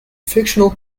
fictional